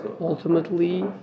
Ultimately